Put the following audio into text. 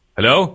Hello